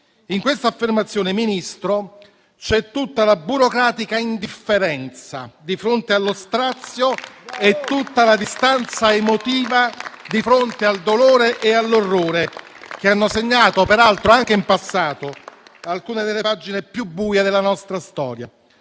In quest'affermazione, signor Ministro, c'è tutta la burocratica indifferenza di fronte allo strazio e tutta la distanza emotiva di fronte al dolore e all'orrore che hanno segnato, peraltro anche in passato, alcune delle pagine più buie della nostra storia.